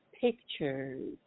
pictures